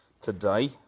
Today